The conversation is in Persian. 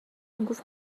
میگفت